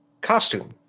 costume